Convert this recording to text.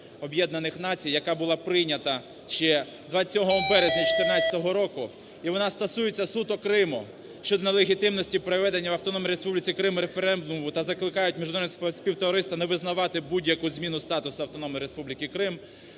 Об'єднаних Націй, яка була прийнята ще 27 березня 2014 року. І вона стосується суто Криму, щодо на легітимності проведення в Автономній Республіці Крим референдуму. Та закликають міжнародні співтовариства не визнавати будь-яку зміну статусу Автономної Республіки Крим.